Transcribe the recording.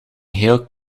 hele